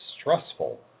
stressful